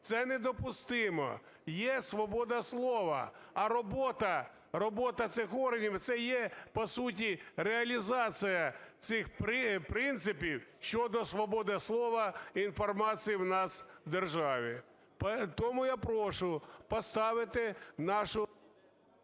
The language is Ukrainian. Це недопустимо. Є свобода слова. А робота, робота цих органів – це є по суті реалізація цих принципів щодо свободи слова, інформації в нас в державі. Тому я прошу поставити нашу…